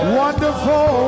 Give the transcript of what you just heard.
wonderful